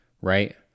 right